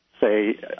say